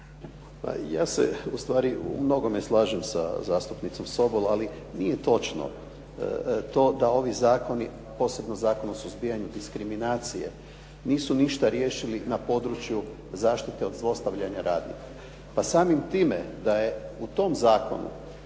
ja se ustvari u mnogome slažem sa zastupnicom Sobol, ali nije točno to da ovi zakon, posebno Zakon o suzbijanju diskriminacije, nisu ništa riješili na području zaštite od zlostavljanja na radu. Pa samim time da je u tom zakonu